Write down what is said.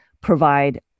provide